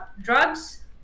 drugs